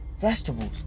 Vegetables